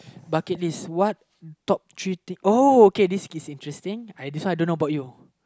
bucket list what top three things uh okay this this is interesting this one I don't know about you